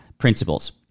principles